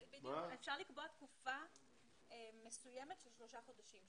אפשר לקבוע תקופה מסוימת של שלושה חודשים,